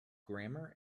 grammar